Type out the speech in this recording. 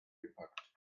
gepackt